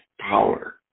power